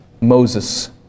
Moses